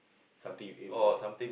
something you aim for